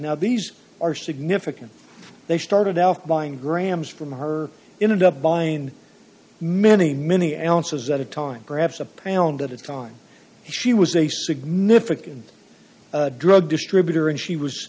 now these are significant they started out buying grams from her in and up buying many many answers at a time perhaps a pound at a time she was a significant drug distributor and she was